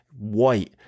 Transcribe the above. white